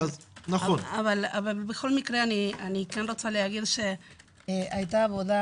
בכל מקרה אני כן רוצה להגיד שהייתה עבודה